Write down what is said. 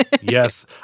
Yes